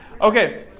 Okay